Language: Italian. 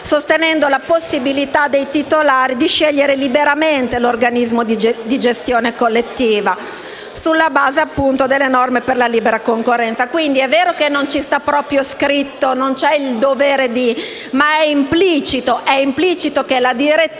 sostenendo la possibilità dei titolari di scegliere liberamente l'organismo di gestione collettiva, sulla base delle norme per la libera concorrenza. È vero quindi che non è scritto, che non c'è un dovere,